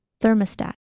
thermostat